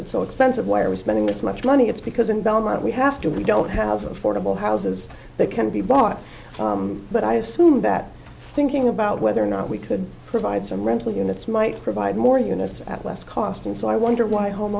it so expensive why are we spending this much money it's because in belmont we have to we don't have affordable houses that can be bought but i assume that thinking about whether or not we could provide some rental units might provide more units at less cost and so i wonder why home